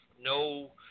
No